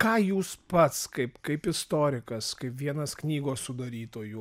ką jūs pats kaip kaip istorikas kaip vienas knygos sudarytojų